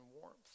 warmth